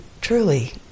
truly